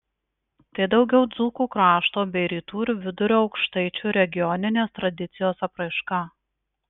tai daugiau dzūkų krašto bei rytų ir vidurio aukštaičių regioninės tradicijos apraiška